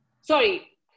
sorry